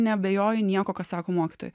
neabejoji nieko ką sako mokytojai